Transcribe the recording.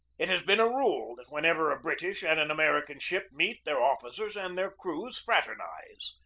it has been a rule that wherever a british and an american ship meet their officers and their crews fraternize.